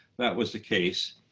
that was the case.